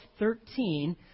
13